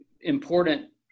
important